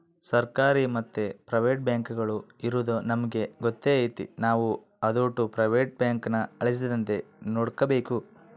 ಸರ್ಕಾರಿ ಮತ್ತೆ ಪ್ರೈವೇಟ್ ಬ್ಯಾಂಕುಗುಳು ಇರದು ನಮಿಗೆ ಗೊತ್ತೇ ಐತೆ ನಾವು ಅದೋಟು ಪ್ರೈವೇಟ್ ಬ್ಯಾಂಕುನ ಅಳಿಸದಂತೆ ನೋಡಿಕಾಬೇಕು